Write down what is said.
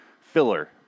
filler